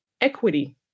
equity